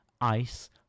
ice